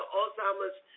Alzheimer's